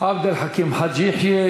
עבד אל חכים חאג' יחיא.